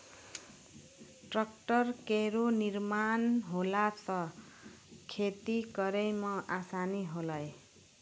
tractor केरो निर्माण होला सँ खेती करै मे आसानी होलै